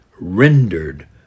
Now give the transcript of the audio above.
rendered